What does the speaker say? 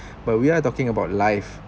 but we are talking about live